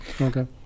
Okay